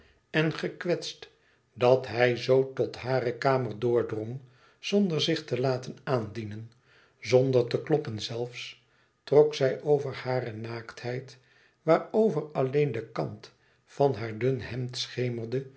en gekwetst dat hij zoo tot hare kamer doordrong zonder zich te laten aandienen zonder te kloppen zelfs trok zij over hare naaktheid waarover alleen de kant van haar dun hemd